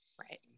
Right